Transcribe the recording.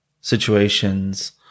situations